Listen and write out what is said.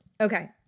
Okay